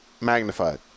magnified